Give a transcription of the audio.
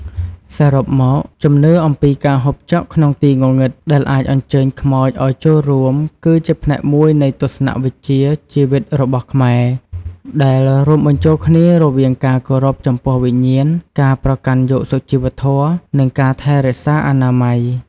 សរុបមក ជំនឿអំពីការហូបចុកក្នុងទីងងឹតដែលអាចអញ្ជើញខ្មោចឲ្យចូលរួម គឺជាផ្នែកមួយនៃទស្សនៈវិជ្ជាជីវិតរបស់ខ្មែរ ដែលរួមបញ្ចូលគ្នារវាងការគោរពចំពោះវិញ្ញាណ ការប្រកាន់យកសុជីវធម៌ និងការថែរក្សាអនាម័យ ។